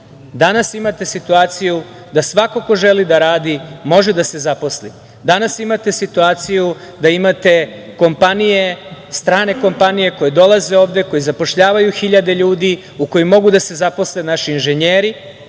Danas imate situaciju da svako ko želi da radi može da se zaposli. Danas imate situaciju da imate kompanije, strane kompanije koje dolaze ovde, koje zapošljavaju hiljade ljude, a u kojima mogu da se zaposle naši inženjeri,